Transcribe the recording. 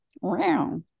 Wow